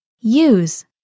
Use